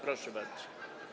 Proszę bardzo.